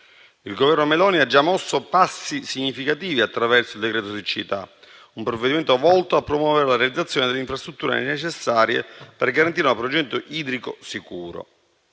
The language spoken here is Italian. Il Governo Meloni ha già mosso passi significativi attraverso il decreto siccità: un provvedimento volto a promuovere la realizzazione delle infrastrutture necessarie per garantire un approvigionamento idrico sicuro.